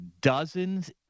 dozens